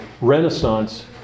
Renaissance